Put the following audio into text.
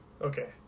Okay